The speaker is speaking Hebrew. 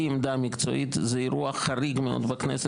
עמדה מקצועית זה אירוע חריג מאוד בכנסת.